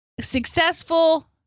successful